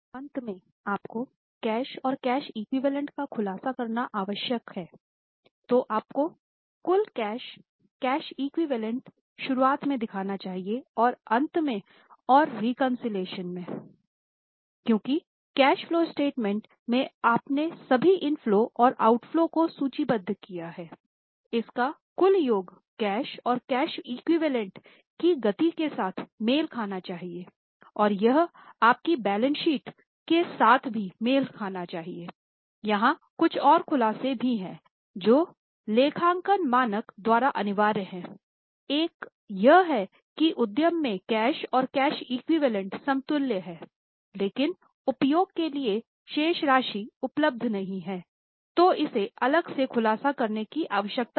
अब अंत में आपको कैश और कैश एक्विवैलेन्ट समतुल्य है लेकिन उपयोग के लिए शेष राशि उपलब्ध नहीं है तो इसे अलग से खुलासा करने की आवश्यकता है